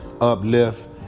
uplift